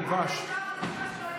עוד פעם אני צועק לה, ואני צריך תה עם דבש.